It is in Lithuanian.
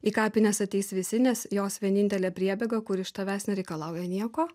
į kapines ateis visi nes jos vienintelė priebėga kur iš tavęs nereikalauja nieko